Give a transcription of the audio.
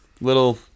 little